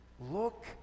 look